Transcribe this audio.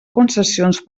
concessions